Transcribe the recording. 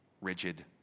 rigid